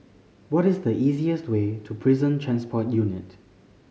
what is the easiest way to Prison Transport Unit